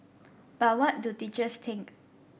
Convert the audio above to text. but what do teachers think